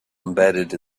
embedded